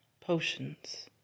potions